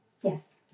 Yes